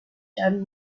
done